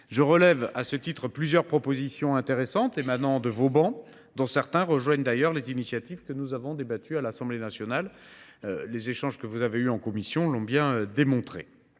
logement. À cet égard, plusieurs propositions intéressantes émanent de vos travées, dont certaines rejoignent des initiatives dont nous avons débattu à l’Assemblée nationale ; les échanges que nous avons eus en commission l’ont bien démontré.